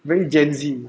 very gen Z